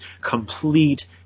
complete